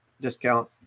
discount